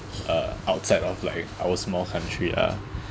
uh outside of like our small country ah